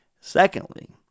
Secondly